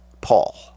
Paul